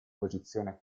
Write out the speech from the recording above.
posizione